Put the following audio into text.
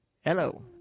Hello